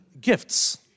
gifts